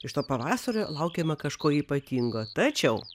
iš to pavasario laukiama kažko ypatingo tačiau